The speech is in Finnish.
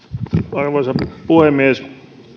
arvoisa puhemies